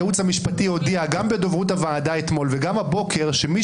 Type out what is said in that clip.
הייעוץ המשפטי הודיע גם בדוברות הוועדה אתמול וגם הבוקר שמי